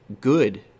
good